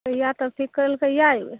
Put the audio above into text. कहिआ तब ठीक करैलए कहिआ अएबै